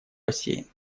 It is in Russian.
бассейн